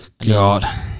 God